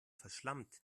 verschlampt